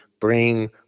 bring